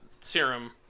serum